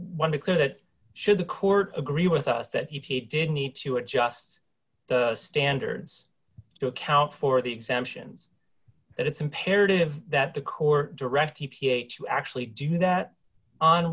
want to clear that should the court agree with us that if he did need to adjust the standards to account for the exemptions that it's imperative that the court direct e p a to actually do that on